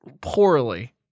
poorly